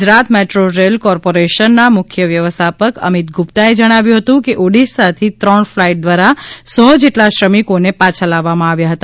Gujarat metro rail corporation મુખ્ય વ્યવસ્થાપક અમિત ગુપ્તાએ જણાવ્યું હતું કે ઓડીશાથી ત્રણ ફ્લાઈટ દ્વારા સો જેટલા શ્રમિકોને પાછાં લાવવામાં આવ્યા હતા